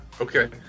okay